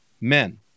Men